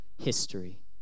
history